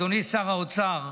אדוני שר האוצר,